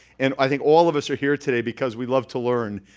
and i think all of us are here today because we love to learn.